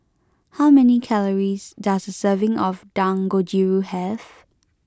how many calories does a serving of Dangojiru have